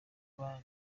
kuba